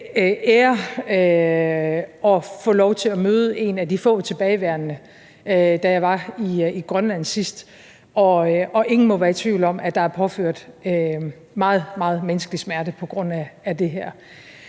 ære at få lov til at møde en af de få tilbageværende, da jeg var i Grønland sidst, og ingen må være i tvivl om, at der er påført meget stor menneskelig smerte på grund af det her.